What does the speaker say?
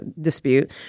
dispute